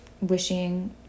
wishing